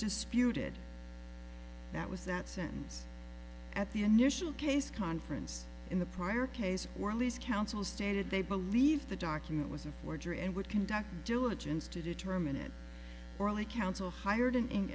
dispute it that was that sentence at the initial case conference in the prior case or lee's counsel stated they believe the document was a forgery and would conduct diligence to determine it early counsel hired an